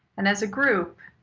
and as a group,